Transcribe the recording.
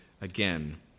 again